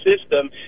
system